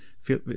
feel